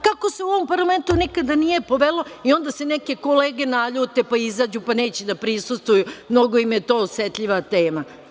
Kako se u ovom parlamentu nikada nije povelo i onda se neke kolege naljute, pa izađu, pa neće da prisustvuju, mnogo im je to osetljiva tema.